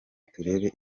turebe